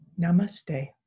Namaste